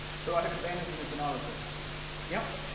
so i have advantage in its an autocrine yeah